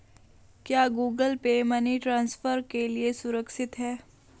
क्या Google Pay money transfer के लिए सुरक्षित है?